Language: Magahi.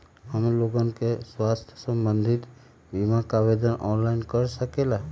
हमन लोगन के स्वास्थ्य संबंधित बिमा का आवेदन ऑनलाइन कर सकेला?